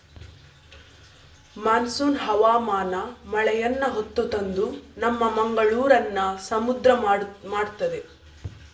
monsoon ಹವಾಮಾನ ಮಳೆಯನ್ನ ಹೊತ್ತು ತಂದು ನಮ್ಮ ಮಂಗಳೂರನ್ನ ಸಮುದ್ರ ಮಾಡ್ತದೆ